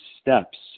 steps